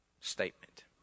statement